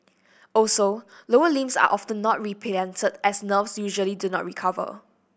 also lower limbs are often not replanted as nerves usually do not recover